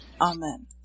Amen